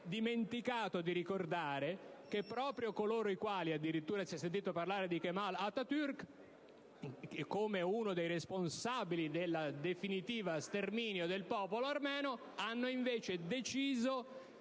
dimenticato di ricordare come proprio i soggetti citati (addirittura si è sentito parlare di Kemal Atatürk come uno dei responsabili del definitivo sterminio del popolo armeno) hanno invece deciso,